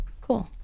Cool